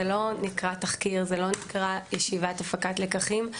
זה לא נקרא תחקיר, זה לא נקרא ישיבת הפקת לקחים.